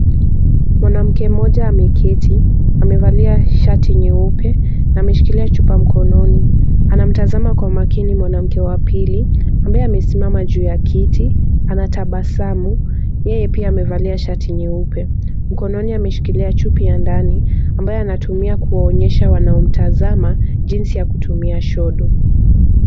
Mwanamke mmoja ameketi ,amevalia shati nyeupe na ameshikilia chupa mkononi , anamtazama kwa makini mwanamke wa pili ambaye amesimama juu ya kiti, anatabasamu, yeye pia amevalia shati nyeupe, mkononi ameshikilia chupi ya ndani, ambayo anatumia kuwaonyesha wanaomtazama jinsi ya kutumia sodo.